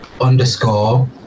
underscore